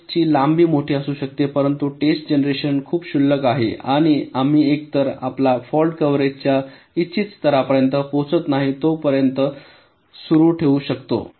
taste ची लांबी मोठी असू शकते परंतु टेस्ट जनरेशन खूप क्षुल्लक आहे आणि आम्ही एकतर आपल्या फॉल्ट कव्हरेजच्या इच्छित स्तरापर्यंत पोहोचत नाही तो पर्यंत सुरु ठेऊ शकतो